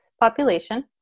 population